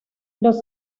los